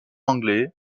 anglais